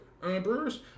brewers